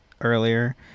earlier